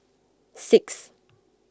six